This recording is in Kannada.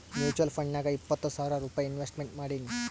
ಮುಚುವಲ್ ಫಂಡ್ನಾಗ್ ಇಪ್ಪತ್ತು ಸಾವಿರ್ ರೂಪೈ ಇನ್ವೆಸ್ಟ್ಮೆಂಟ್ ಮಾಡೀನಿ